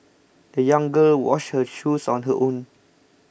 the young girl washed her shoes on her own